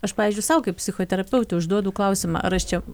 aš pavyzdžiui sau kaip psichoterapeutė užduodu klausimą ar aš čia